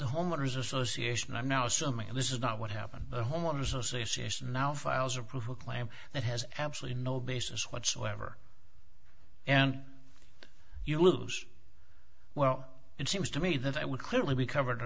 homeowners association i'm now assuming this is not what happened the homeowners association now files approval claim that has absolutely no basis whatsoever and you lose well it seems to me that i would clearly be covered